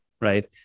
right